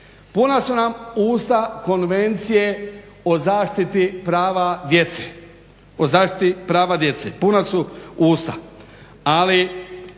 Puna su nam usta Konvencije o zaštiti prava djece, puna su usta,